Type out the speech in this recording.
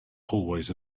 hallways